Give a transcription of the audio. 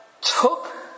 took